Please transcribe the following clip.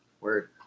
Word